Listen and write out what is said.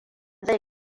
zai